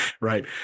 right